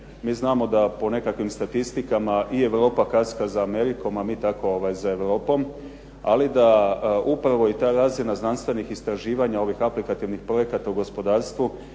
Mi znamo da po nekakvim statistikama i Europa kaska za Amerikom a mi tako za Europom ali da upravo i ta razina znanstvenih istraživanja ovih aplikativnih projekata u gospodarstvu